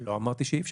לא אמרתי שאי אפשר.